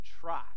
try